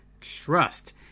trust